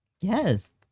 yes